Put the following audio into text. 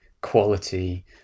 quality